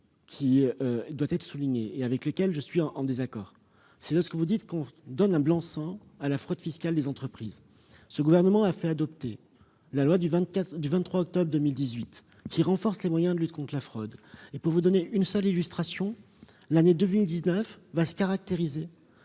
les deux. Je suis, en revanche, en désaccord avec vous lorsque vous dites qu'on donne un blanc-seing à la fraude fiscale des entreprises. Ce gouvernement a fait adopter la loi du 23 octobre 2018 qui renforce les moyens de lutte contre la fraude. Pour vous donner une seule illustration, l'année 2019 sera une